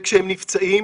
וכשהם נפצעים,